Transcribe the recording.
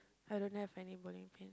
I don't have any bowling pin